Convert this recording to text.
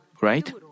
right